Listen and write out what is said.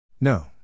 No